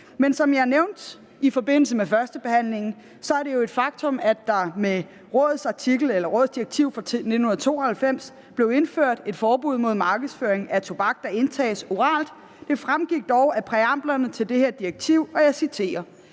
Som jeg nævnte i forbindelse med førstebehandlingen, er det jo et faktum, at der med Rådets direktiv fra 1992 blev indført et forbud mod markedsføring af tobak, der indtages oralt. Det fremgik dog af præamblerne til det her direktiv, og jeg citerer: